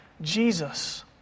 Jesus